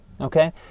okay